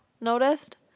noticed